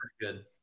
Good